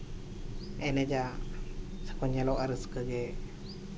ᱮᱱᱮᱡᱟ ᱥᱮᱠᱚ ᱧᱮᱞᱚᱜᱼᱟ ᱨᱟᱹᱥᱠᱟᱹ ᱜᱮ